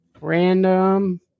random